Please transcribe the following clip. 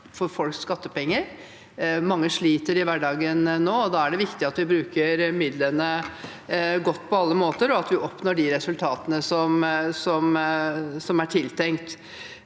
Mange sliter i hverdagen nå, og da er det viktig at vi bruker midlene godt på alle måter, og at vi oppnår de resultatene som er tiltenkt.